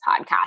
podcast